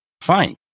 fine